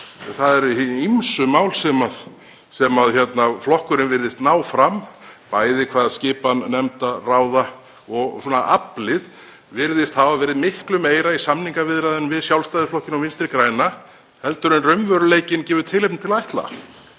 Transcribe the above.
Það eru hin ýmsu mál sem flokkurinn virðist ná fram, bæði hvað varðar skipan nefnda og ráða. Aflið virðist hafa verið miklu meira í samningaviðræðunum við Sjálfstæðisflokkinn og Vinstri græn heldur en raunveruleikinn gefur tilefni til að ætla.